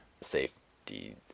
Safety